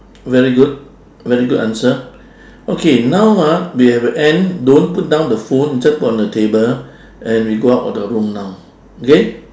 very good very good answer okay now ah we have end don't put down the phone just put on the table and we go out of the room now okay